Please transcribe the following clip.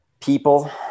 people